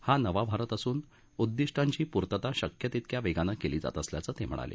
हा नवा भारत असून उद्दिष्टांची पूर्वता शक्य तितक्या वेगानं केली जात असल्याचं ते म्हणाले